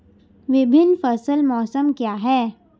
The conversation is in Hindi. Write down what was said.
विभिन्न फसल मौसम क्या हैं?